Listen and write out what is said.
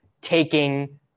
taking